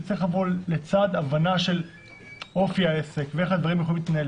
זה צריך לבוא לצד הבנה של אופי העסק ואיך הדברים יכולים להתנהל.